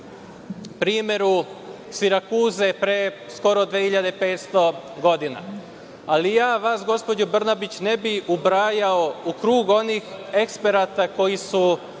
na primeru Sirakuze pre skoro 2.500 godina. Ali, ja vas, gospođo Brnabić, ne bih ubrajao u krug onih eksperata koji su